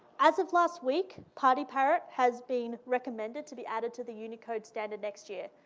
as of last week, party parrot has been recommended to be added to the unicode standard next year.